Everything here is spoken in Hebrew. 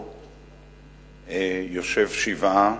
יושב שבעה.